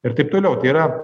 ir taip toliau tai yra